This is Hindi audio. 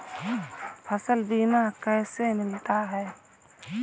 फसल बीमा कैसे मिलता है?